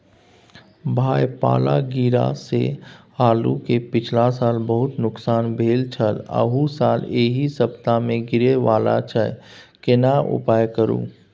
भाई पाला गिरा से आलू के पिछला साल बहुत नुकसान भेल छल अहू साल एहि सप्ताह में गिरे वाला छैय केना उपाय करू?